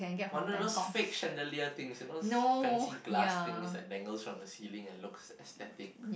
one of those fake chandelier things you know those fancy glass thing that dangles from the ceiling and looks aesthetic